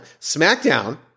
SmackDown